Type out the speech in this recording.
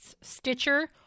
Stitcher